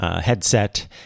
headset